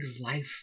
life